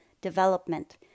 development